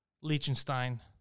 Liechtenstein